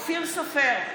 אופיר סופר,